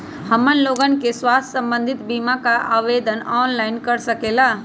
हमन लोगन के स्वास्थ्य संबंधित बिमा का आवेदन ऑनलाइन कर सकेला?